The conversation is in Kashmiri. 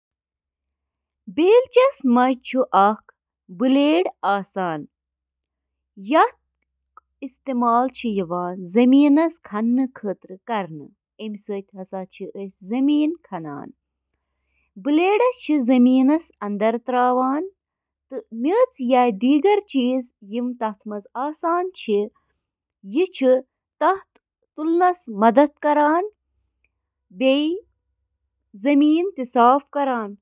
ڈش واشر چھِ اکھ یِژھ مِشیٖن یۄسہٕ ڈِشوار، کُک ویئر تہٕ کٹلری پٲنۍ پانے صاف کرنہٕ خٲطرٕ استعمال چھِ یِوان کرنہٕ۔ ڈش واشرٕچ بنیٲدی کٲم چھِ برتن، برتن، شیشہِ ہٕنٛدۍ سامان تہٕ کُک ویئر صاف کرٕنۍ۔